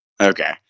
Okay